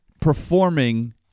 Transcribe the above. performing